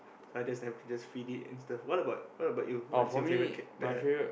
so I just can just feed it and stuff what about what about you what's your favorite cat pet